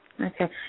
Okay